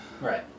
Right